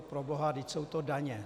Proboha, vždyť jsou to daně!